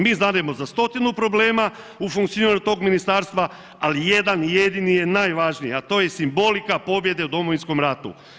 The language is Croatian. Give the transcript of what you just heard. Mi znademo za 100-tinu problema u funkcioniranju tog ministarstva, ali jedan jedini je najvažniji, a to je simbolika pobjede u Domovinskom ratu.